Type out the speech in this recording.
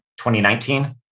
2019